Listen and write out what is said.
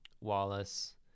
Wallace